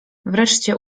wreszcie